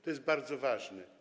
To jest bardzo ważne.